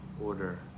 order